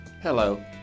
Hello